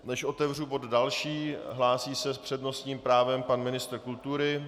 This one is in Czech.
Než otevřu další bod, hlásí se s přednostním právem pan ministr kultury.